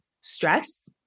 stress